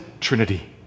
Trinity